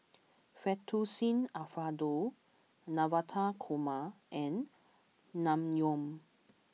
Fettuccine Alfredo Navratan Korma and Naengmyeon